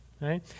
right